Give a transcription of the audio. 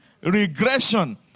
regression